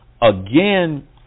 Again